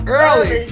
early